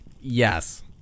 Yes